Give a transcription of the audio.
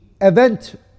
event